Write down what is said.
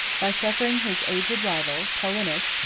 by suffering his aged rival, paulinus,